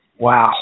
Wow